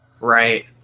Right